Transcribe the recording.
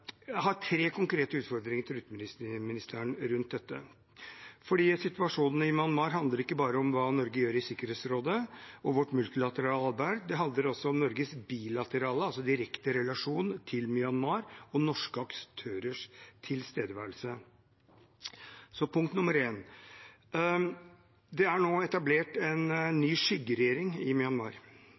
har tre konkrete utfordringer til utenriksministeren rundt dette, for situasjonen i Myanmar handler ikke bare om hva Norge gjør i Sikkerhetsrådet og vårt multilateral arbeid; det handler også om Norges bilaterale, altså direkte, relasjon til Myanmar og norske aktørers tilstedeværelse. Punkt nummer én: Det er nå etablert en ny skyggeregjering i Myanmar,